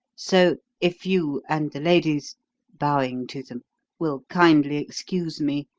so, if you and the ladies bowing to them will kindly excuse me,